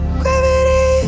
gravity